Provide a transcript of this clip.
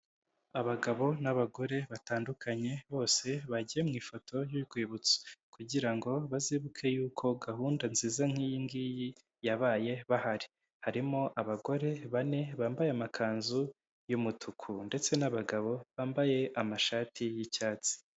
Abagabo n'abagore batandukanye bose bagiye mu ifoto y'urwibutso kugira ngo bazibuke yuko gahunda nziza nk'iyi ngiyi yabaye bahari. Harimo abagore bane bambaye amakanzu y'umutuku ndetse n'abagabo bambaye amashati y'icyatsi.